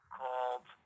called